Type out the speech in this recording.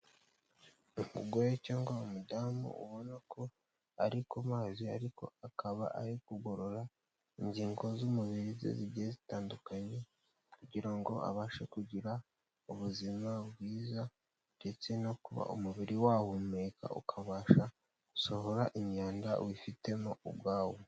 Umugore cyangwa umudamu ubona ko ari ku mazi ariko akaba ari kugorora ingingo z'umubiri ze zigiye zitandukanye kugira ngo abashe kugira ubuzima bwiza ndetse no kuba umubiri wahumeka ukabasha gusohora imyanda wifitemo ubwawo.